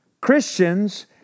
Christians